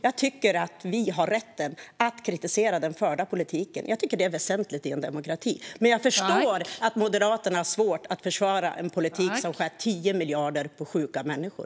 Jag tycker att vi har rätt att kritisera den förda politiken och att det är väsentligt i en demokrati. Men jag förstår att Moderaterna har svårt att försvara en politik som skär bort 10 miljarder kronor på sjuka människor.